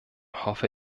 hoffe